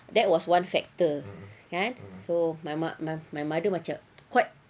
that was one factor kan so my mo~ mother macam quite